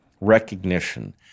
recognition